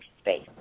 space